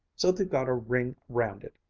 so they've got a ring round it.